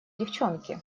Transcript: девчонки